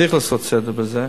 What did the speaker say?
צריך לעשות סדר בזה.